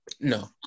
no